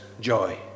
joy